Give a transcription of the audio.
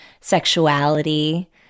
sexuality